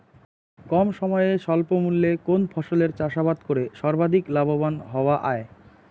কম সময়ে স্বল্প মূল্যে কোন ফসলের চাষাবাদ করে সর্বাধিক লাভবান হওয়া য়ায়?